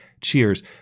Cheers